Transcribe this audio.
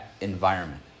environment